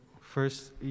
first